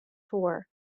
tour